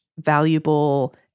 valuable